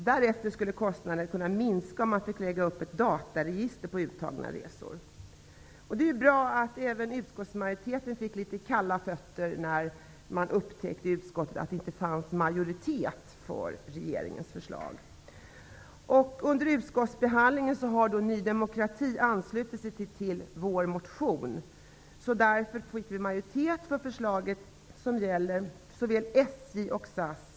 Därefter skulle kostnaden kunna minska om man fick lägga upp ett dataregister över uttagna resor. Det är bra att även utskottet fick litet kalla fötter när det upptäckte att det inte fanns majoritet för regeringens förslag. Under utskottsbehandlingen har Ny demokrati anslutit sig till det i vår motion. Därför fick vi majoritet för ett förslag som gäller personalen i SJ och SAS.